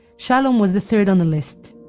shalom was the third on the list.